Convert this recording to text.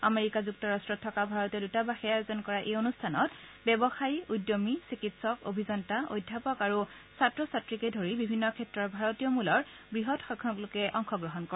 America যুক্তৰাট্টত থকা ভাৰতীয় দৃতাবাসে আয়োজন কৰা এই অনুষ্ঠানত ব্যৱসায়ী উদ্যমী চিকিৎসক অভিযন্তা অধ্যাপক আৰু ছাত্ৰ ছাত্ৰীকে ধৰি বিভিন্ন ক্ষেত্ৰৰ ভাৰতীয় মূলৰ বৃহৎ সংখ্যক লোকে অংশগ্ৰহণ কৰে